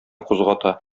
кузгата